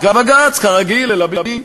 בג"ץ, כרגיל, אלא מי?